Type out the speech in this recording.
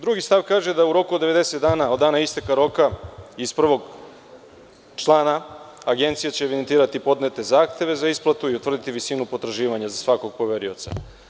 Drugi stav kaže da u roku od 90 dana od dana isteka roka iz prvog člana agencije će evidentirati podnete zahteve za isplatu i utvrditi visinu potraživanja svakog poverioca.